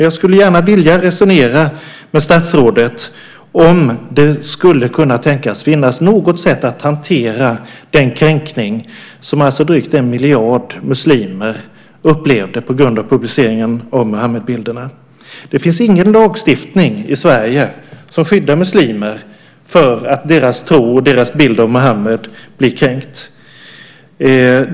Jag skulle gärna vilja resonera med statsrådet om det skulle kunna tänkas finnas något sätt att hantera den kränkning som alltså drygt en miljard muslimer upplevde på grund av publiceringen av Muhammedbilderna. Det finns ingen lagstiftning i Sverige som skyddar muslimer mot att deras tro och deras bild av Muhammed blir kränkt.